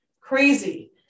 Crazy